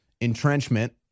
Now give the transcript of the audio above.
entrenchment